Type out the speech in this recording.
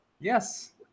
Yes